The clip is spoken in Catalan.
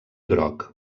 groc